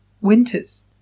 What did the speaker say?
Winters